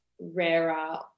rarer